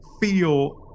feel